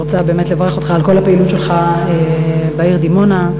ואני רוצה באמת לברך אותך על כל הפעילות שלך בעיר דימונה,